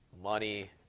money